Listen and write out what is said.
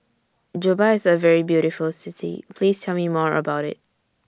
Juba IS A very beautiful City Please Tell Me More about IT